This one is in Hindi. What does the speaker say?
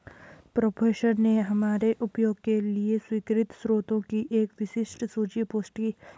प्रोफेसर ने हमारे उपयोग के लिए स्वीकृत स्रोतों की एक विस्तृत सूची पोस्ट की